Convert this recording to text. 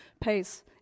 pace